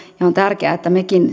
on tärkeää että mekin